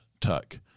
Tuck